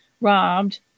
robbed